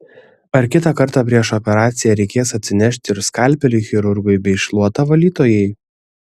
ar kitą kartą prieš operaciją reikės atsinešti ir skalpelį chirurgui bei šluotą valytojai